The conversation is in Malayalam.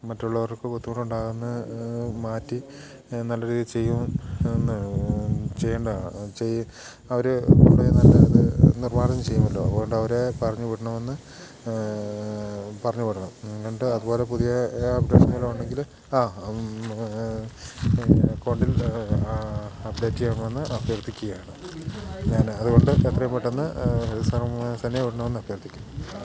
മറ്റുള്ളവർക്ക് ബുദ്ധിമുട്ടുണ്ടാകുന്നത് മാറ്റി നല്ല രീതിയിൽ ചെയ്യും എന്ന് ചെയ്യേണ്ടത് ചെയ്ത് അവർ കൊണ്ടുപോയി നല്ല അത് നിർമാർജ്ജനം ചെയ്യുമല്ലോ അതുകൊണ്ട് അവരെ പറഞ്ഞു വിടണമെന്ന് പറഞ്ഞു വിടണം എൻ്റെ അതുപോലെ പുതിയ അപ്ഡേഷനുകൾ ഉണ്ടെങ്കിൽ ആ അക്കൗണ്ടിൽ അപ്ഡേറ്റ് ചെയ്യണമെന്ന് ആഭ്യർത്ഥിക്കുകയാണ് ഞാൻ അതുകൊണ്ട് എത്രയും പെട്ടന്ന് ഹരിത കർമ്മസേനയെ വിടണം എന്ന് അഭ്യർത്ഥിക്കുന്നു